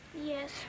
Yes